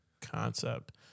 concept